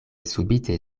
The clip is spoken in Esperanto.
subite